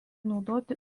naudoti